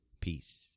peace